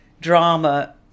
drama